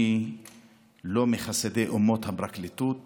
אני לא מחסידי אומות הפרקליטות